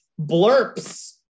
Blurps